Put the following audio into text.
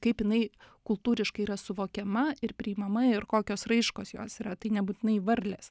kaip jinai kultūriškai yra suvokiama ir priimama ir kokios raiškos jos yra tai nebūtinai varlės